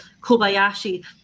Kobayashi